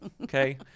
Okay